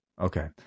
okay